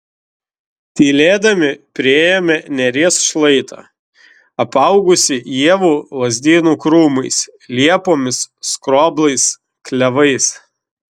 tylėdami priėjome neries šlaitą apaugusį ievų lazdynų krūmais liepomis skroblais klevais